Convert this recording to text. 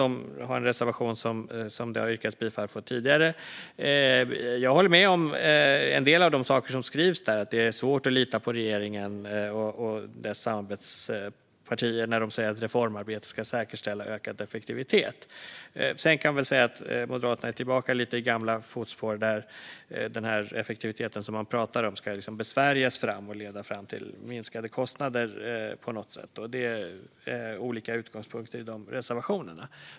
De har en reservation som det har yrkats bifall till tidigare. Jag håller med om en del av de saker som skrivs där. Det är svårt att lita på regeringen och dess samarbetspartier när de säger att reformarbetet ska säkerställa ökad effektivitet. Sedan är Moderaterna lite grann tillbaka i gamla fotspår. Den effektivitet som man pratar om ska besvärjas fram och leda fram till minskade kostnader på något sätt. Det finns olika utgångspunkter i de reservationerna.